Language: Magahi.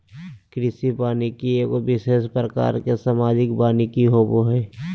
कृषि वानिकी एगो विशेष प्रकार के सामाजिक वानिकी होबो हइ